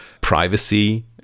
privacy